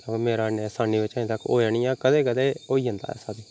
ओह् मेरा इन्नी असानी कन्नै अजें तक होएआ नि इयां कदें कदें होई जन्दा ऐसा बी